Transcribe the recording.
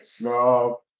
No